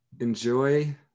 Enjoy